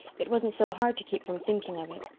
it wasn't so hard to keep from thinking of it.